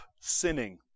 sinning